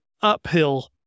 uphill